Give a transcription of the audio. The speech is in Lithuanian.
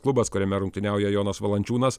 klubas kuriame rungtyniauja jonas valančiūnas